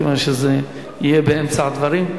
מכיוון שזה יהיה באמצע הדברים.